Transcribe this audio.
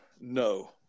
no